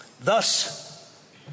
Thus